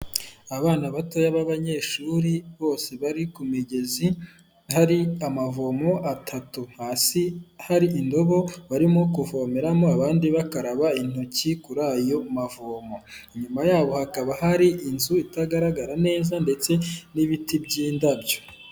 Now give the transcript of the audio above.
Abana batoya b'abanyeshuri bose bari ku migezi hari amavomo atatu, hasi hari indobo barimo kuvomeramo abandi bakaraba intoki kuri ayo mavomo, inyuma yabo hakaba hari inzu itagaragara neza ndetse n'ibiti by'indabyo.